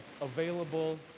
available